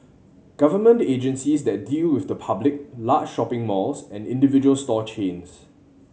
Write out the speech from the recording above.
government agencies that deal with the public large shopping malls and individual store chains